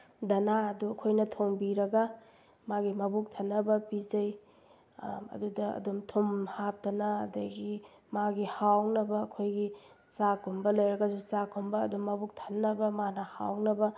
ꯗꯥꯅꯥ ꯑꯗꯨ ꯑꯩꯈꯣꯏꯅ ꯊꯣꯡꯕꯤꯔꯒ ꯃꯥꯒꯤ ꯃꯕꯨꯛ ꯊꯟꯅꯕ ꯄꯤꯖꯩ ꯑꯗꯨꯗ ꯑꯗꯨꯝ ꯊꯨꯝ ꯍꯥꯞꯇꯅ ꯑꯗꯒꯤ ꯃꯥꯒꯤ ꯍꯥꯎꯅꯕ ꯑꯩꯈꯣꯏꯒꯤ ꯆꯥꯛꯀꯨꯝꯕ ꯂꯩꯔꯒꯁꯨ ꯆꯥꯛꯀꯨꯝꯕ ꯑꯗꯨꯝ ꯃꯕꯨꯛ ꯊꯟꯅꯕ ꯃꯥꯅ ꯍꯥꯎꯅꯕ